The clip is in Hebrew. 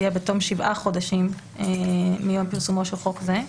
יהיה בתום שבעה חודשים מיום פרסומו של חוק זה.